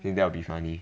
then that will be funny